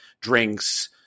drinks